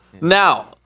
Now